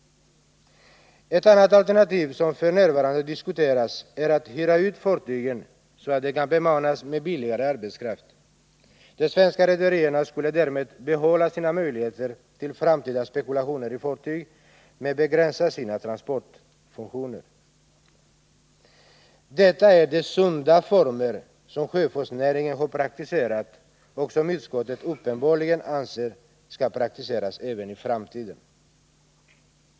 Ett annat alternativ som f. n. diskuteras är att hyra ut fartygen, så att de kan bemannas med billigare arbetskraft. De svenska rederierna skulle därmed behålla sina möjligheter till framtida spekulationer i fartyg men begränsa sina transportfunktioner. Detta är de ”sunda former” som sjöfartsnäringen har praktiserat och som utskottet uppenbarligen anser skall praktiseras även i framtiden.